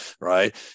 right